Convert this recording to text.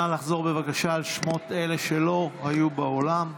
נא לחזור על שמות אלה שלא היו באולם.